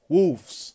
Wolves